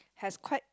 has quite